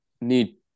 need